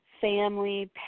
family